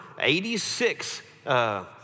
86